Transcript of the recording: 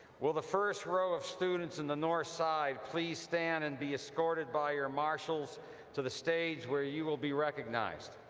will the first row of students on and the north side please stand and be escorted by your marshals to the stage where you will be recognized.